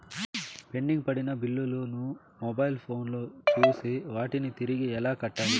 pending పడిన బిల్లులు ను మొబైల్ ఫోను లో చూసి వాటిని తిరిగి ఎలా కట్టాలి